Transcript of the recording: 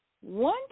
one